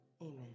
amen